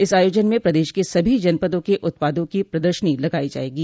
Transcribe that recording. इस आयोजन में प्रदेश के सभी जनपदों के उत्पादों की प्रदर्शनी लगाई जायेगी